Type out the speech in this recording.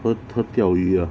喝喝钓鱼啊